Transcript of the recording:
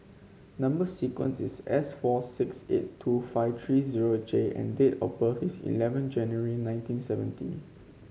number sequence is S four six eight two five three zero J and date of birth is eleven January nineteen seventy